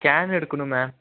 scan எடுக்கணும் ma'am